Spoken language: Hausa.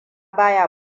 baya